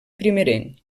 primerenc